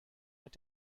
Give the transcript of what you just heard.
mit